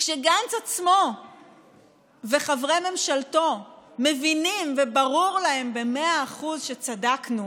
כשגנץ עצמו וחברי ממשלתו מבינים וברור להם במאה אחוז שצדקנו,